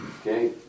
Okay